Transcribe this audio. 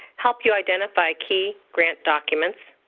help you identify key grant documents,